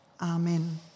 Amen